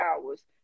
hours